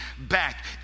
back